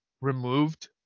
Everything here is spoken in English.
removed